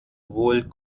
wohl